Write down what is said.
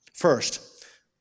First